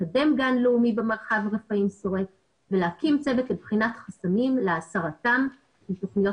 לקדם גן לאומי במרחב שורק ולהקים צוות לבחינת חסמים להתרתן של תכניות